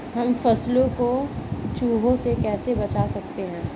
हम फसलों को चूहों से कैसे बचा सकते हैं?